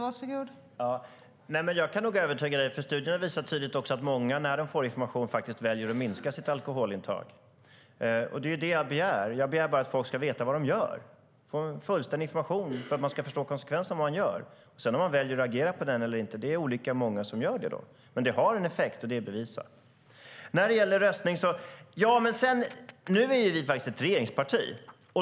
Fru talman! Jag kan nog övertyga dig, Jens Holm. Studierna visar tydligt att många väljer att minska sitt alkoholintag när de får information. Allt jag begär är att folk ska veta vad de gör, att de får fullständig information så att de kan förstå konsekvenserna av det de gör. Om de sedan väljer att agera utifrån det eller inte är olika. Men det har en effekt; det är bevisat. När det gäller röstningen är vi ett regeringsparti.